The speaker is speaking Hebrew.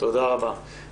תודה רבה.